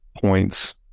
points